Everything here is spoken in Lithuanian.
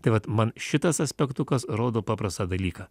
tai vat man šitas aspektukas rodo paprastą dalyką